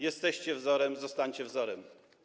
Jesteście wzorem, zostańcie wzorem.